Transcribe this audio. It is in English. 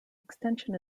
extension